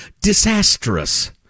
disastrous